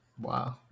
Wow